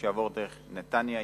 שיעבור דרך נתניה,